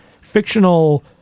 fictional